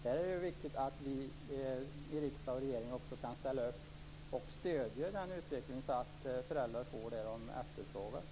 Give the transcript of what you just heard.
Det är viktigt att vi i riksdag och regering kan ställa upp och stödja utvecklingen så att föräldrarna får det de efterfrågar.